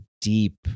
deep